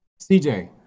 CJ